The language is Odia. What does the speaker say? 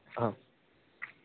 ହଁ